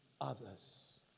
others